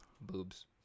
Boobs